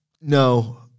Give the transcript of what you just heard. No